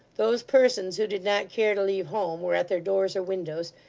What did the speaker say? those persons who did not care to leave home, were at their doors or windows,